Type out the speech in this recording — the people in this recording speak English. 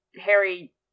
Harry